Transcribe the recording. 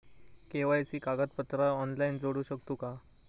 KYC कागदपत्रा online जोडू शकतू का?